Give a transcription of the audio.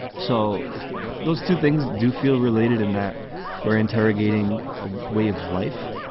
so those two things do feel related in that we're interrogating a way of life,